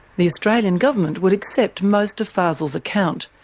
the australian government would accept most of fazel's account,